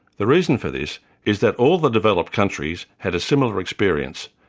the reason for this is that all the developed countries had a similar experience,